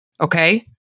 Okay